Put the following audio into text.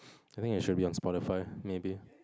I think it should be on Spotify maybe